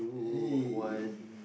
hey